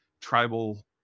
tribal